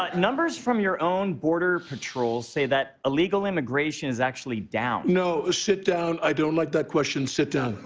ah numbers from your own border patrol say that illegal immigration is actually down. no, ah sit down. i don't like that question. sit down.